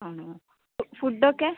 ആണോ ഫുഡ്ഡ് ഒക്കെ